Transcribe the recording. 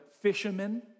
fishermen